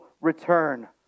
Return